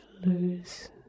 lose